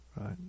Right